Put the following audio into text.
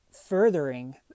furthering